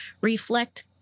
reflect